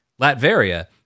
Latveria